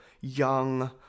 young